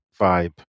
vibe